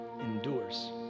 endures